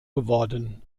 geworden